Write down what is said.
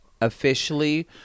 officially